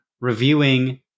reviewing